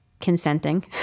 consenting